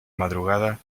madrugada